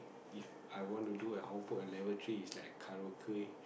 If I want to do I will put at level three is like a karaoke